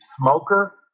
smoker